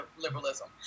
liberalism